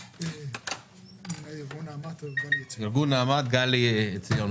ארגון נעמ"ת, עורכת הדין גלי עציון,